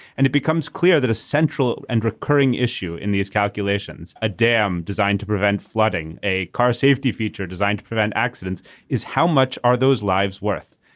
and it becomes clear that a central and recurring issue in these calculations. a dam designed to prevent flooding. a car safety feature designed to prevent accidents is how much are those lives worth.